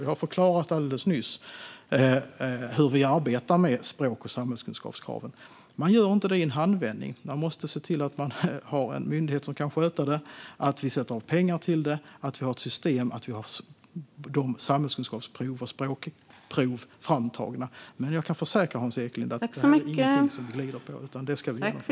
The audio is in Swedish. Jag har alldeles nyss förklarat hur vi arbetar med språk och samhällskunskapskraven. Man gör det inte i en handvändning, utan man måste se till att det finns en myndighet som kan sköta dem, att pengar avsätts, att det finns ett system med samhällskunskapsprov och språkprov framtagna. Men jag kan försäkra Hans Eklind att det är ingenting som vi glider på, utan det ska vi göra.